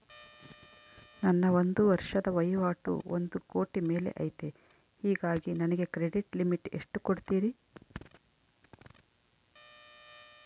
ನನ್ನ ಒಂದು ವರ್ಷದ ವಹಿವಾಟು ಒಂದು ಕೋಟಿ ಮೇಲೆ ಐತೆ ಹೇಗಾಗಿ ನನಗೆ ಕ್ರೆಡಿಟ್ ಲಿಮಿಟ್ ಎಷ್ಟು ಕೊಡ್ತೇರಿ?